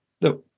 No